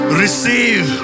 receive